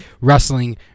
wrestling